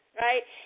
right